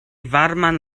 varman